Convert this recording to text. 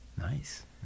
Nice